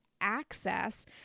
access